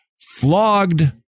flogged